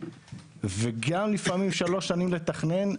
וגם לפעמים שלוש שנים לתכנן,